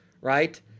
right